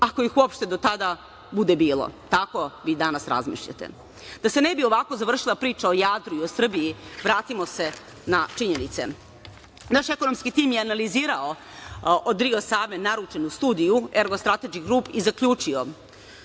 ako ih uopšte do tada bude bilo. Tako vi danas razmišljate. Da se ne bi ovako završila priča o Jadru i o Srbiji, vratimo se na činjenice. Naš ekonomski tim je analizirao od Rio Save naručenu studiju od Ergo Strategy Group i zaključio,